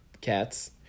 Cat's